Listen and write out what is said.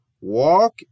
walk